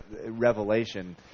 revelation